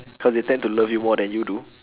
cause they tend to love you more than you do